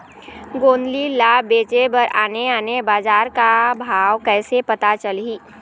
गोंदली ला बेचे बर आने आने बजार का भाव कइसे पता चलही?